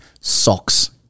socks